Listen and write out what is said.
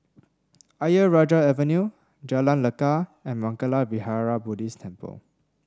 Ayer Rajah Avenue Jalan Lekar and Mangala Vihara Buddhist Temple